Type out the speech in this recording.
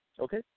Okay